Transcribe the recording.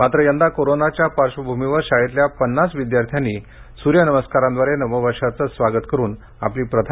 मात्र यंदा कोरोनाच्या पार्श्वभूमी शाळेतल्या पन्नास विद्यार्थ्यांनी सूर्य नमस्कारांद्वारे नववर्षाचं स्वागत करून प्रथा कायम ठेवली